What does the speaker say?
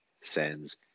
sends